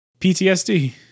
ptsd